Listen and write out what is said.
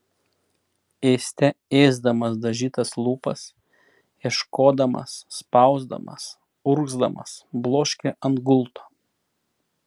ėste ėsdamas dažytas lūpas ieškodamas spausdamas urgzdamas bloškė ant gulto